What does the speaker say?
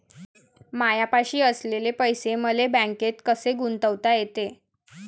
मायापाशी असलेले पैसे मले बँकेत कसे गुंतोता येते?